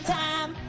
time